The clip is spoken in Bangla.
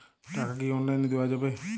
টাকা কি অনলাইনে দেওয়া যাবে?